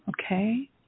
Okay